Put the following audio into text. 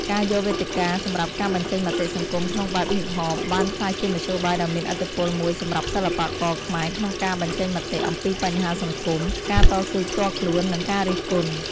ការយកវេទិកាសម្រាប់ការបញ្ចេញមតិសង្គមក្នុងបែបហ៊ីបហប បានក្លាយជាមធ្យោបាយដ៏មានឥទ្ធិពលមួយសម្រាប់សិល្បករខ្មែរក្នុងការបញ្ចេញមតិអំពីបញ្ហាសង្គម ការតស៊ូផ្ទាល់ខ្លួន និងការរិះគន់។